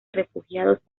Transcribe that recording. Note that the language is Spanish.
refugiados